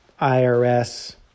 IRS